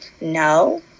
No